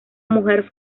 mujer